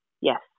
Yes